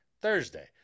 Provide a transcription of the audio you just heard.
Thursday